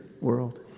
world